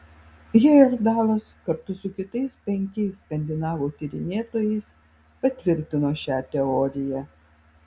hejerdalas kartu su kitais penkiais skandinavų tyrinėtojais patvirtino šią teoriją